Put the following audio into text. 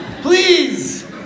Please